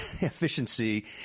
efficiency